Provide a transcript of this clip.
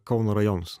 kauno rajonus